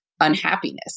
unhappiness